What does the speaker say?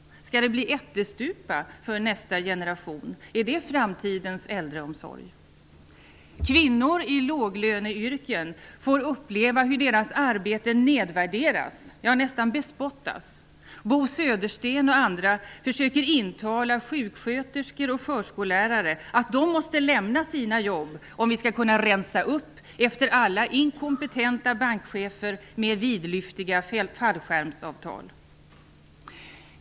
Skall det bli ättestupa för nästa generation? Är det framtidens äldreomsorg? Kvinnor i låglöneyrken får uppleva hur deras arbeten nedvärderas, nästan bespottas. Bo Södersten och andra försöker intala sjuksköterskor och förskollärare att de måste lämna sina jobb om vi skall kunna rensa upp efter alla inkompetenta bankchefer med vidlyftiga fallskärmsavtal.